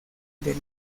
del